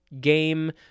game